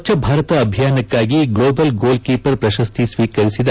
ಸ್ನಚ್ಛ ಭಾರತ ಅಭಿಯಾನಕ್ಕಾಗಿ global goalkeeper ಪ್ರಶಸ್ತಿ ಸ್ನೀಕರಿಸಿದ